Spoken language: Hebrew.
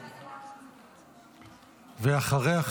ואחריה,